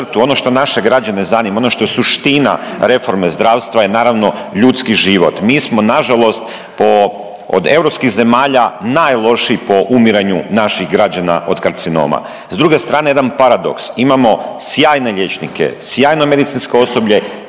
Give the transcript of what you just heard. ono što naše građane zanima, ono što je suština reforme zdravstva je naravno ljudski život. Mi smo nažalost od europskih zemalja najlošiji po umiranju naših građana od karcinoma. S druge strane jedan paradoks, imamo sjajne liječnike, sjajno medicinsko osoblje